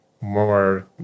more